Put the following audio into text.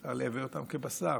אפשר לייבא אותם כבשר.